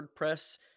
WordPress